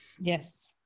Yes